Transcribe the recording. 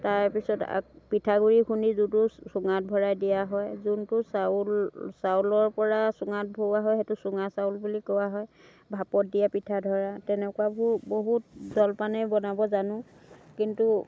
তাৰপিছত পিঠাগুড়ি খুন্দি যোনটো চুঙাত ভৰাই দিয়া হয় যোনটো চাউল চাউলৰ পৰা চুঙাত ভৰোৱা হয় সেইটো চুঙা চাউল বুলি কোৱা হয় ভাপত দিয়া পিঠা ধৰা তেনেকুৱাবোৰ বহুত জলপানেই বনাব জানো কিন্তু